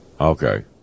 Okay